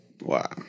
Wow